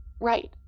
right